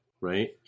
Right